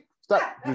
stop